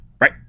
Right